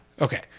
Okay